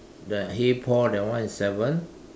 the hey Paul that one is seven